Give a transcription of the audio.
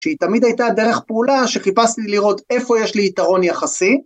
‫שהיא תמיד הייתה דרך פעולה ‫שחיפשתי לראות איפה יש לי יתרון יחסי.